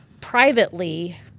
privately